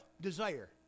Desire